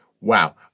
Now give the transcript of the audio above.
Wow